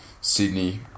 Sydney